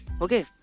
Okay